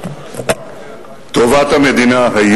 טובת המדינה,